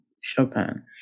Chopin